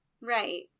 Right